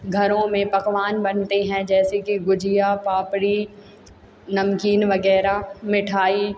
घरों में पकवान बनते हैं जैसे कि गुझिया पापड़ी नमकीन वगैरह मिठाई